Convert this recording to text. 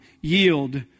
yield